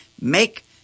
make